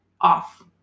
off